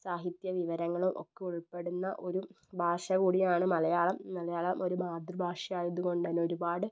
സാഹിത്യ വിവരങ്ങളും ഒക്കെ ഉൾപ്പെടുന്ന ഒരു ഭാഷകൂടിയാണ് മലയാളം മലയാളം ഒരു മാതൃഭാഷ ആയതുകൊണ്ട് തന്നെ ഒരുപാട്